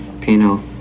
Pino